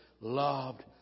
loved